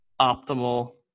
optimal